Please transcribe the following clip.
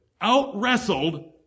out-wrestled